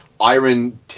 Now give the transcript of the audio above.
iron